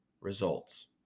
results